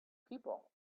people